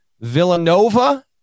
Villanova